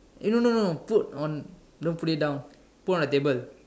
eh no no no put on don't put it down put on the table